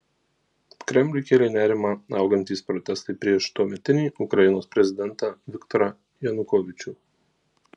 kremliui kėlė nerimą augantys protestai prieš tuometinį ukrainos prezidentą viktorą janukovyčių